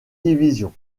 division